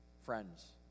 friends